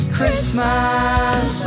Christmas